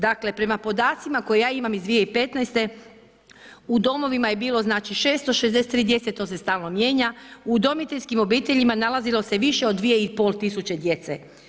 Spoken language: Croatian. Dakle, prema podacima koje ja imam iz 2015., u domovima je bilo 663 djece, to se stalno mijenja, u udomiteljskim obiteljima nalazilo se više od 2500 djece.